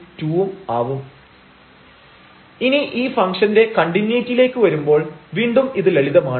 fx 0 0lim┬Δx→0 ⁡〖fΔx 0 f0 0Δx1〗fy 0 0lim┬Δy→0 ⁡〖f0 Δy f0 0Δy〗2 ഇനി ഈ ഫങ്ക്ഷന്റെ കണ്ടിന്യൂയിറ്റിയിലേക്ക് വരുമ്പോൾ വീണ്ടും ഇത് ലളിതമാണ്